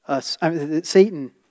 Satan